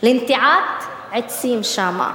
לנטיעת עצים שם,